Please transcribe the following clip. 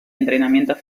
entrenamiento